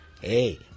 Hey